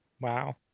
Wow